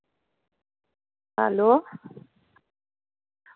hello